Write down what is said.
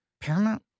Paramount